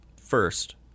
first